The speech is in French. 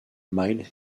mile